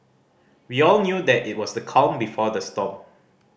we all knew that it was the calm before the storm